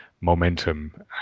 momentum